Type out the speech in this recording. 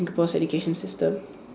Singapore's education system